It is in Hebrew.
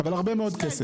אבל, הרבה מאוד כסף.